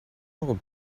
will